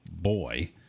boy